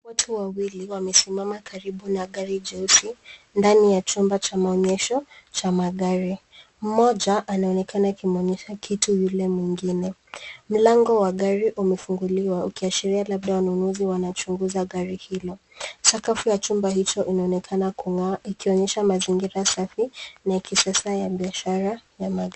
Watu wawili wamesimama karibu na gari jeusi ndani ya jumba cha maonyesho cha magari. Moja anaonekana akimuonyesha kitu yule mwingine, milango wa gari umefunguliwa ukiashiria labda wanunuzi wanachunguza gari hilo. Sakafu wa chumba hicho unaonekana kungaa ikionyesha mazingira safi na kisasa ya biashara ya magari.